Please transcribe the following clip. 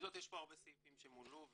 עם זאת יש פה הרבה סעיפים שבוצעו ומולאו.